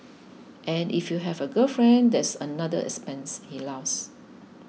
and if you have a girlfriend that's another expense he laughs